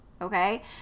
Okay